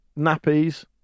nappies